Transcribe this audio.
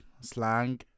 slang